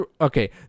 okay